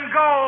go